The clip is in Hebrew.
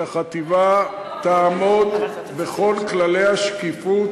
שהחטיבה תעמוד בכל כללי השקיפות,